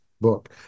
book